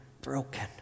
broken